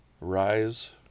rise